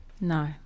No